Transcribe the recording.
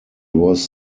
was